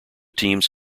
teams